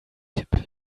kipp